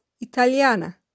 Italiana